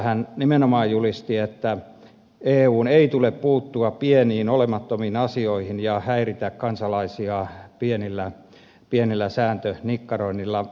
hän nimenomaan julisti että eun ei tule puuttua pieniin olemattomiin asioihin ja häiritä kansalaisia pienillä sääntönikkaroinneilla